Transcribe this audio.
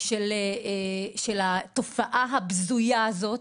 של התופעה הבזויה הזאת,